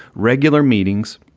regular meetings.